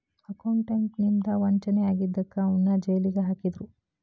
accountant ಇಂದಾ ವಂಚನೆ ಆಗಿದಕ್ಕ ಅವನ್ನ್ ಜೈಲಿಗ್ ಹಾಕಿದ್ರು